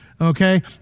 Okay